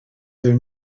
their